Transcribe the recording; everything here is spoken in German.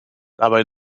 dabei